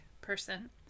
person